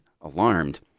alarmed